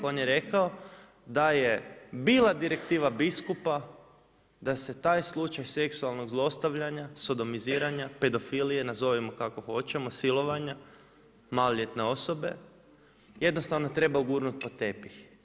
On je rekao da je bila direktiva biskupa da se taj slučaj seksualnog zlostavljanja, sodomiziranja, pedofilije nazovimo kako hoćemo, silovanja maloljetne osobe jednostavno treba gurnut pod tepih.